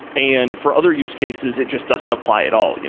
and for other use cases, it just doesn't apply at all. you know